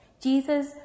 Jesus